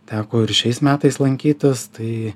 teko ir šiais metais lankytis tai